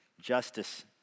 justice